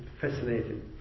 fascinating